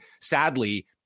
sadly